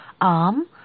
arm